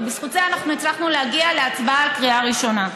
ובזכות זאת הצלחנו להגיע להצבעה בקריאה הראשונה.